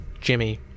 Jimmy